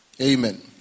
Amen